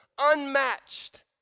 unmatched